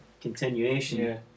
continuation